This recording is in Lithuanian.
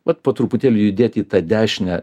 bet po truputį judėti į tą dešinę